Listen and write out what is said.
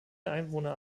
einwohner